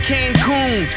Cancun